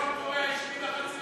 צפון-קוריאה השמידה חצי,